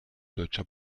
deutscher